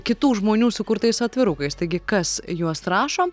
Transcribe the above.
kitų žmonių sukurtais atvirukais taigi kas juos rašo